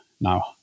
now